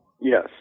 Yes